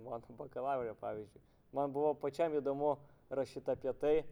mano bakalaure pavyzdžiui man buvo pačiam įdomu rašyt apie tai